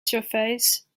surface